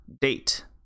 date